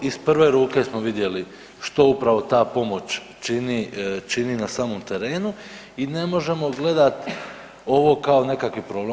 Iz prve ruke smo vidjeli što upravo ta pomoć čini na samom terenu i ne možemo gledati ovo kao nekakvi problem.